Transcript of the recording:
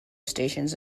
stations